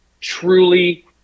truly